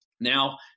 Now